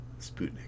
sputnik